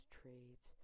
trades